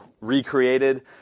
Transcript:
recreated